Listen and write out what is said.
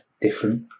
different